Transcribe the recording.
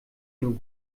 nur